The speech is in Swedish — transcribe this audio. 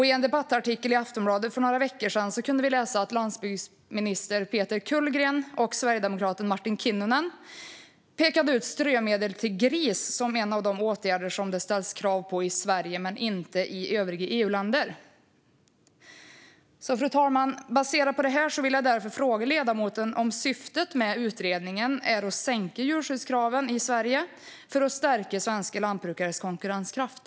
I en debattartikel i Aftonbladet för några veckor sedan kunde vi läsa att landsbygdsminister Peter Kullgren och sverigedemokraten Martin Kinnunen pekade ut strömedel till gris som en av de åtgärder som det ställs krav på i Sverige men inte i övriga EU-länder. Baserat på det här vill jag därför fråga ledamoten om syftet med utredningen är att sänka djurskyddskraven i Sverige för att stärka svenska lantbrukares konkurrenskraft.